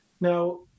Now